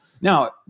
Now